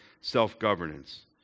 self-governance